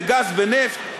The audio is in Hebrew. בגז ונפט,